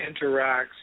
interacts